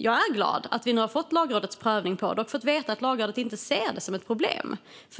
Jag är glad att vi nu har fått Lagrådets prövning och har fått veta att Lagrådet inte ser det som ett problem.